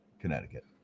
Connecticut